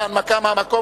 בהנמקה מהמקום,